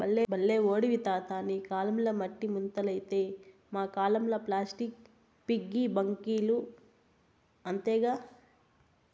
బల్లే ఓడివి తాతా నీ కాలంల మట్టి ముంతలైతే మా కాలంల ప్లాస్టిక్ పిగ్గీ బాంకీలు అంతేగా